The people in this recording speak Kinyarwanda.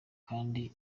kandi